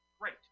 Great